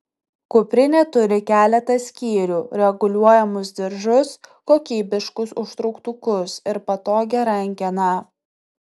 kuprinė turi keletą skyrių reguliuojamus diržus kokybiškus užtrauktukus ir patogią rankeną